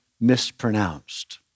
mispronounced